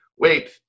Wait